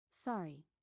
Sorry